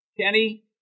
Kenny